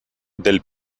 del